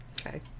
okay